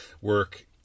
work